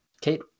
Kate